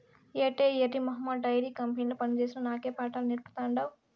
ఏటే ఎర్రి మొహమా డైరీ కంపెనీల పనిచేసిన నాకే పాఠాలు నేర్పతాండావ్